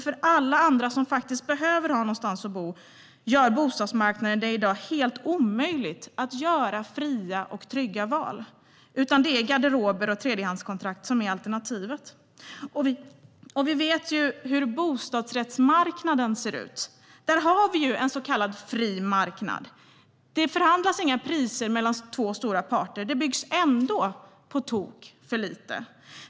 För alla andra som faktiskt behöver ha någonstans att bo gör dock bostadsmarknaden det i dag helt omöjligt att göra fria och trygga val. Det är i stället garderober och tredjehandskontrakt som är alternativet. Vi vet ju också hur bostadsrättsmarknaden ser ut - där har vi en så kallad fri marknad. Där förhandlas inga priser mellan två stora parter, och det byggs ändå på tok för lite.